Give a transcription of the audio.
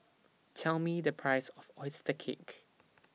Tell Me The Price of Oyster Cake